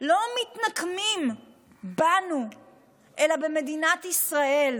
לא מתנקמים בנו אלא במדינת ישראל.